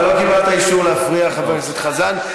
אבל לא קיבלת אישור להפריע, חבר הכנסת חזן.